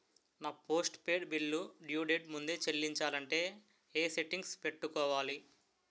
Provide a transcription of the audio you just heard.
నా post paid bill due date ముందే చెల్లించాలంటే ఎ సెట్టింగ్స్ పెట్టుకోవాలి?